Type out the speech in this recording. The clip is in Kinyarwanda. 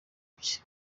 bye